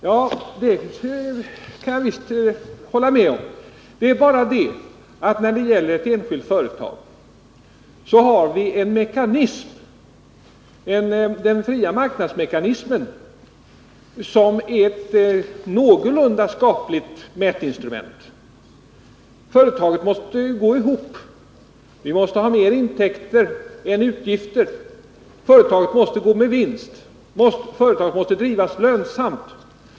Ja, det kan jag visst hålla med om. Det är bara det att när det gäller ett enskilt företag har vi en mekanism, den fria marknadsmekanismen, som ett någorlunda skapligt instrument för att mäta effektiviteten. Företaget måste gå ihop. Det måste ha mer intäkter än utgifter. Företaget måste drivas lönsamt och gå med vinst.